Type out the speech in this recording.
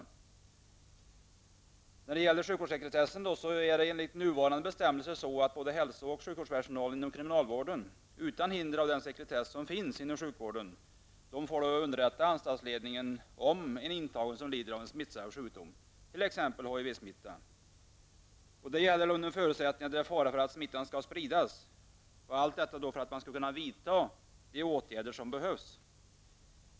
Enligt de nuvarande bestämmelserna om sjukvårdssekretess kan hälso och sjukvårdspersonal inom kriminalvården utan hinder av den sekretess som gäller inom sjukvården underrätta anstaltsledningen om att en intagen lider av en smittsam sjukdom, t.ex. HIV-smitta. Detta gäller under förutsättning för att det är fara för att smittan sprids, så att man skall kunna vidta de åtgärder som behövs.